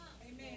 Amen